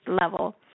level